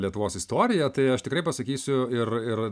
lietuvos istorija tai aš tikrai pasakysiu ir ir